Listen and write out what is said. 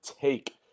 Take